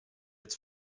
its